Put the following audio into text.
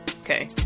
okay